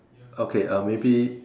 okay uh maybe